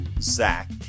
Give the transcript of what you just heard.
Zach